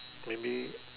maybe